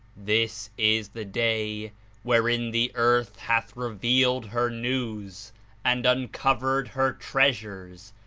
this is the day wherein the earth hath revealed her news and uncovered her treasures,